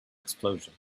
explosion